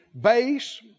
base